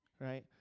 Right